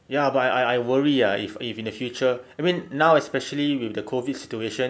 ya but I I worry ah if in the future I mean now especially with the COVID situation